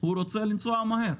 הוא רוצה לנסוע מהר.